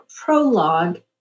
prologue